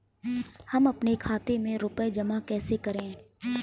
हम अपने खाते में रुपए जमा कैसे करें?